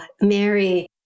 Mary